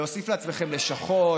להוסיף לעצמכם לשכות